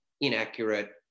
inaccurate